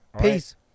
Peace